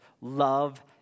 Love